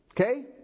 Okay